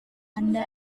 anda